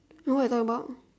no what you talk about